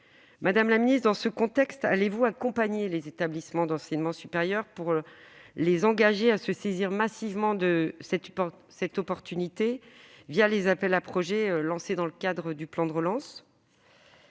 Madame la ministre, en la matière, accompagnerez-vous les établissements d'enseignement supérieur pour les engager à se saisir massivement de cette opportunité, les appels à projets lancés dans le cadre du plan de relance ?